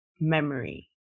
memory